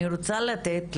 אני רוצה לתת,